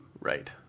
Right